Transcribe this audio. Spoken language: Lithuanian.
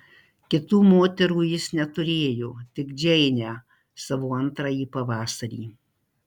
kitų moterų jis neturėjo tik džeinę savo antrąjį pavasarį